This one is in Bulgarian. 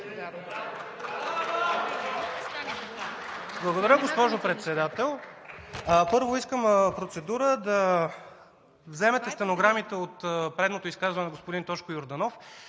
Благодаря, госпожо Председател. Първо, искам процедура – да вземете стенограмата от предното изказване на господин Тошко Йорданов,